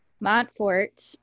Montfort